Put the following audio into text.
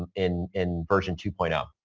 in in version two point um